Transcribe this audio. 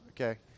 okay